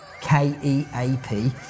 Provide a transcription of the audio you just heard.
K-E-A-P